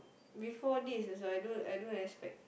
before this also I don't I don't expect